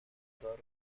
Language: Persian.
آزار